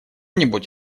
нибудь